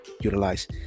utilize